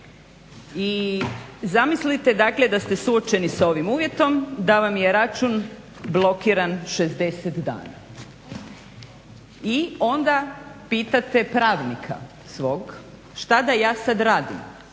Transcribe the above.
i zamislite dakle da ste suočeni s ovim uvjetom da vam je račun blokiran 60 dana i onda pitate pravnika svog šta da ja sad radim.